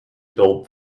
build